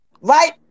Right